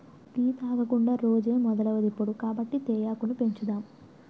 tea తాగకుండా రోజే మొదలవదిప్పుడు కాబట్టి తేయాకును పెంచుదాం